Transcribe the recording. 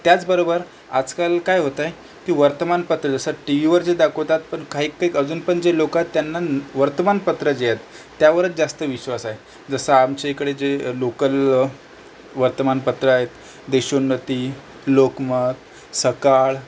त्याचबरोबर आजकाल काय होतंय की वर्तमानपत्र जसं टी व्हीवर जे दाखवतात पण काही काही अजून पण जे लोकं आहेत त्यांना वर्तमानपत्र जे आहेत त्यावरच जास्त विश्वास आहे जसं आमच्या इकडे जे लोकल वर्तमानपत्र आहेत देशोन्नती लोकमत सकाळ